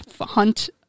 hunt